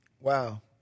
Wow